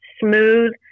smooth